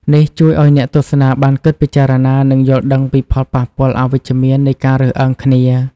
នេះជួយឱ្យអ្នកទស្សនាបានគិតពិចារណា និងយល់ដឹងពីផលប៉ះពាល់អវិជ្ជមាននៃការរើសអើងគ្នា។